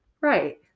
Right